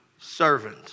servant